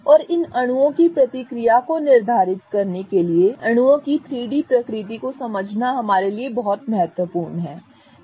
और इन अणुओं की प्रतिक्रिया को निर्धारित करने के लिए अणुओं की 3 डी प्रकृति को समझना हमारे लिए बहुत महत्वपूर्ण है